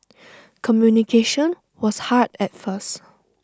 communication was hard at first